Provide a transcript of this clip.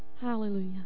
Hallelujah